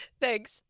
Thanks